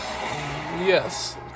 Yes